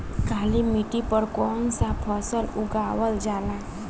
काली मिट्टी पर कौन सा फ़सल उगावल जाला?